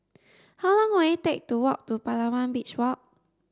how long will it take to walk to Palawan Beach Walk